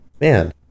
Man